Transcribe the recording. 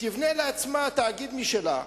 תבנה לעצמה תאגיד משלה,